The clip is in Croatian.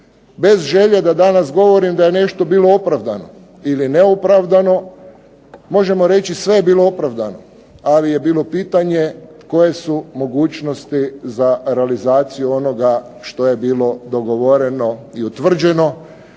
bez želje da danas govorim da je nešto bilo opravdano ili neopravdano možemo reći sve je bilo opravdano, ali je bilo pitanje koje su mogućnosti za realizaciju onoga što je bilo dogovoreno i utvrđeno.